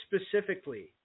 specifically